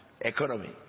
economy